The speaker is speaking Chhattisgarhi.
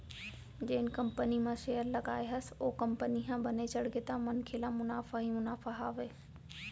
जेन कंपनी म सेयर लगाए हस ओ कंपनी ह बने चढ़गे त मनखे ल मुनाफा ही मुनाफा हावय